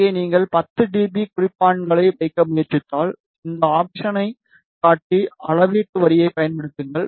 இங்கே நீங்கள் 10 D P குறிப்பான்களை வைக்க முயற்சித்தால் இந்த ஆப்ஷனை காட்டி அளவீட்டு வரியைப் பயன்படுத்துங்கள்